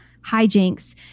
hijinks